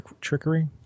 trickery